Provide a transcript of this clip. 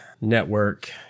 network